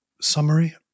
summary